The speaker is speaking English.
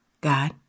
God